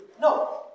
No